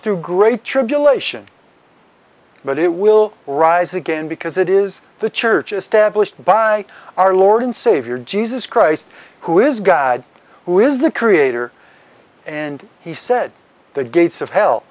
through great tribulation but it will rise again because it is the church established by our lord and savior jesus christ who is god who is the creator and he said the gates of hell